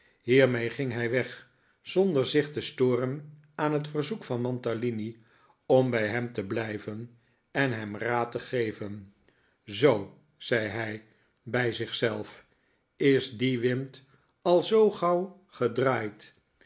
hiermee ging hij weg zonder zich te storen aan het verzoek van mantalini om bij hem te blijven en hem raad te geven zoo zei hij bij zich zelf is die wind al zoo gauw gedraaid